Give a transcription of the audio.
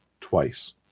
twice